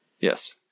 Yes